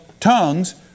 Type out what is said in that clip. Tongues